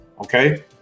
okay